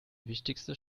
wichtigstes